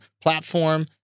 platform